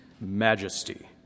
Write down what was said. majesty